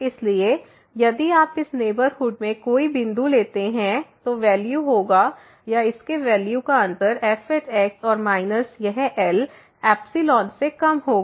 इसलिए यदि आप इस नेबरहुड में कोई बिंदु लेते हैं तो वैल्यू होगा या इसके वैल्यू का अंतर f और माइनस यह L से कम होगा